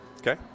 Okay